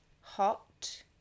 Hot